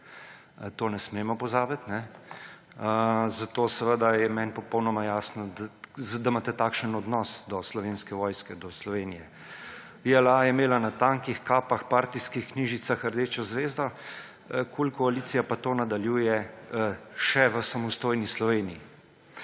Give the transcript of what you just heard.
Tega ne smemo pozabiti. Zato seveda je meni popolnoma jasno, da imate takšen odnos do Slovenske vojske, do Slovenije. JLA je imela na tankih, kapah, partijskih knjižicah rdečo zvezdo, KUL koalicija pa to nadaljuje še v samostojni Sloveniji.